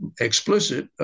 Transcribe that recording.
explicit